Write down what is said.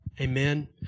Amen